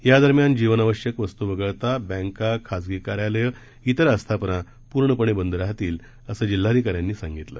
यादरम्यान जीवनावश्यक वस्तू वगळता बँका खाजगी कार्यालय इतर आस्थापना पूर्णपणे बंद राहतील असं जिल्हाधिकाऱ्यांनी सांगितलं